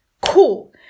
cool